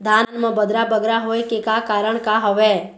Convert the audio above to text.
धान म बदरा बगरा होय के का कारण का हवए?